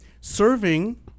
Serving